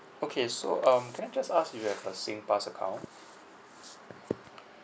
okay so um can I just ask if you have a singpass account